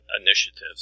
initiatives